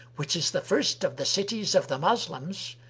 which is the first of the cities of the moslems,